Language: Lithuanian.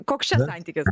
koks čia santykis